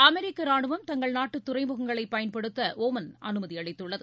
அமெிக்க ராணுவம் தங்கள் நாட்டு துறைமுகங்களை பயன்படுத்த ஒமள் அனுமதி அளித்துள்ளது